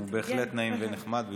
הוא בהחלט נעים ונחמד ואינטליגנטי.